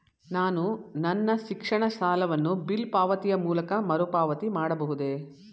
ನಾನು ನನ್ನ ಶಿಕ್ಷಣ ಸಾಲವನ್ನು ಬಿಲ್ ಪಾವತಿಯ ಮೂಲಕ ಮರುಪಾವತಿ ಮಾಡಬಹುದೇ?